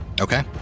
Okay